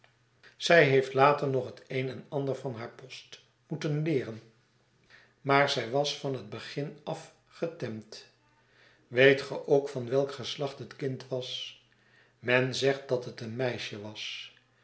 zij heeft later nog het een en ander van haar post moeten leeren maar zij was van het begin af getemd weet ge ook van welk geslacht het kind was men zegt dat het een meisje was